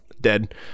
dead